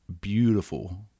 beautiful